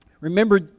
Remember